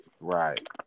right